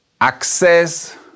access